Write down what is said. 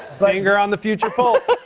finger on the future pulse.